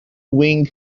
wing